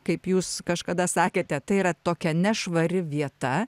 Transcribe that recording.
kaip jūs kažkada sakėte tai yra tokia nešvari vieta